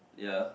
ya